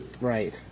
right